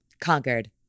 conquered